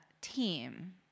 team